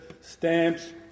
stamps